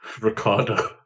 Ricardo